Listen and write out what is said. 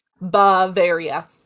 Bavaria